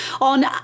on